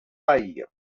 baía